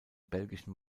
belgischen